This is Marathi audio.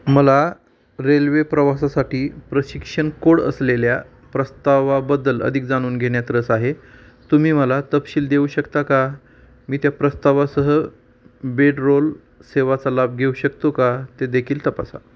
मला रेल्वे प्रवासासाठी प्रशिक्षण कोड असलेल्या प्रस्तावाबद्दल अधिक जाणून घेण्यात रस आहे तुम्ही मला तपशील देऊ शकता का मी त्या प्रस्तावासह बेडरोल सेवेचा लाभ घेऊ शकतो का ते देखील तपासा